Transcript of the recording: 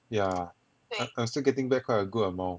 yeah I'm still getting back quite a good amount